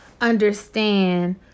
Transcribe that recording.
understand